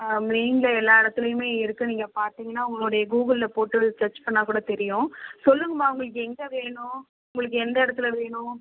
ஆ மெயின்ல எல்லா இடத்துலையுமே இருக்குது நீங்கள் பார்த்தீங்கன்னா உங்களுடைய கூகுள்ல போட்டு செர்ச் பண்ணால் கூட தெரியும் சொல்லுங்கம்மா உங்களுக்கு எங்கே வேணும் உங்களுக்கு எந்த இடத்துல வேணும்